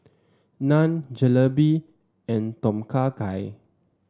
Naan Jalebi and Tom Kha Gai